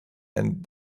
and